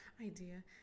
idea